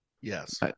Yes